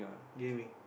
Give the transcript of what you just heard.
gaming